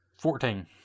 Fourteen